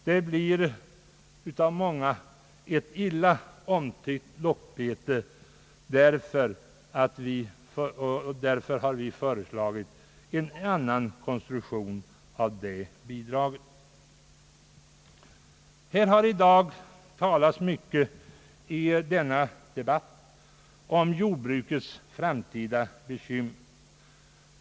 Denna premiering blir för många ett illa omtyckt lockbete, och vi har därför föreslagit en annan konstruktion av detta bidrag. I dagens debatt har det talats mycket om jordbrukets framtida bekymmer.